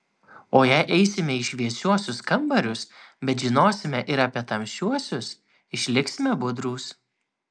o jei eisime į šviesiuosius kambarius bet žinosime ir apie tamsiuosius išliksime budrūs